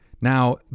Now